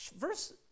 verse